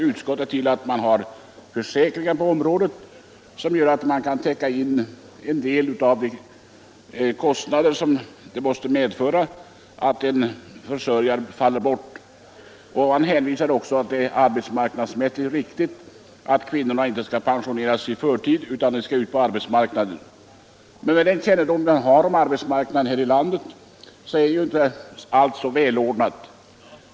Utskottet hänvisar till att det finns försäkringar på området som gör det möjligt att täcka in en del av de kostnader det måste medföra att en försörjare går bort. Utskottet hänvisar också till att det arbetsmarknadsmässigt är riktigt att kvinnorna inte skall pensioneras i förtid; de skall ut på arbetsmarknaden. Den som har kännedom om arbetsmarknaden här i landet vet att allt inte är så välordnat.